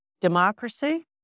democracy